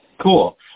Cool